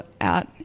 out